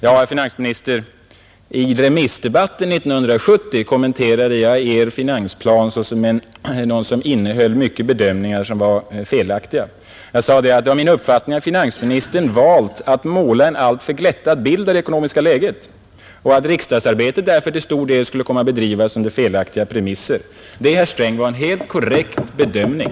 I remissdebatten 1970 kommenterade jag Er finansplan såsom något som innehöll många bedömningar som var felaktiga. Jag sade att det var min uppfattning att finansministern valt att måla en alltför glättad bild av det ekonomiska läget och att riksdagsarbetet därför till stor del skulle komma att bedrivas under felaktiga premisser. Det, herr Sträng, var en alldeles korrekt bedömning.